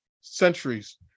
centuries